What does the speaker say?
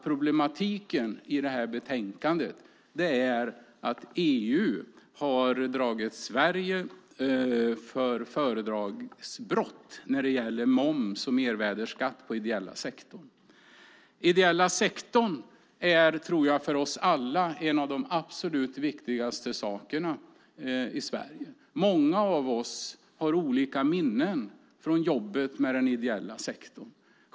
Problematiken i detta betänkande handlar nämligen om att EU anklagat Sverige för fördragsbrott när det gäller moms och mervärdesskatt inom den ideella sektorn. Den ideella sektorn tror jag för oss alla är en av de absolut viktiga sakerna. Många av oss har minnen från jobbet med den ideella sektorn.